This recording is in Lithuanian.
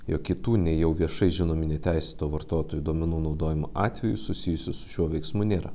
jog kitų nei jau viešai žinomi neteisėto vartotojų duomenų naudojimo atvejų susijusių su šiuo veiksmu nėra